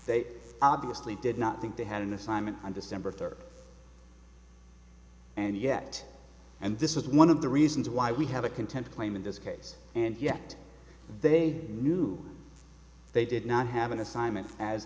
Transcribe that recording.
they obviously did not think they had an assignment on december third and yet and this is one of the reasons why we have a contempt claim in this case and yet they knew they did not have an assignment as